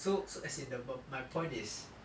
so so as in the my point is